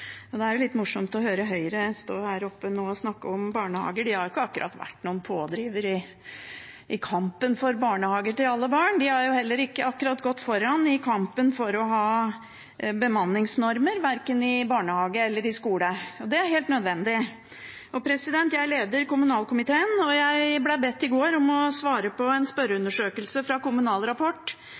det er litt morsomt å høre Høyre stå her oppe nå og snakke om barnehager – de har ikke akkurat vært noen pådriver i kampen for barnehager til alle barn. De har heller ikke akkurat gått foran i kampen for å ha bemanningsnormer, verken i barnehage eller i skole. Det er helt nødvendig. Jeg leder kommunalkomiteen, og jeg ble i går bedt om å svare på en spørreundersøkelse fra Kommunal Rapport,